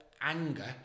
anger